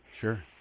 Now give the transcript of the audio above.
Sure